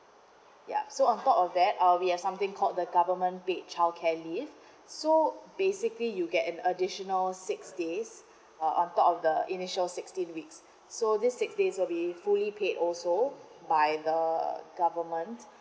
ya so on top of that uh we have something called the government paid childcare leave so basically you get an additional six days uh on top of the initial sixteen weeks so this six days will be fully paid also by the government